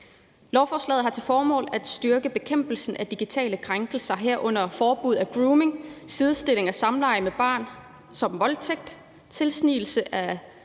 Lovforslaget har til formål at styrke bekæmpelsen af digitale krænkelser, herunder forbud mod grooming, sidestilling af samleje med barn med voldtægt, tilsnigelse af